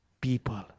people